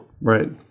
right